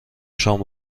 شام